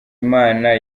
imana